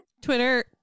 Twitter